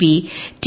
P T